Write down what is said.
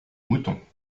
moutons